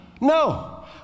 no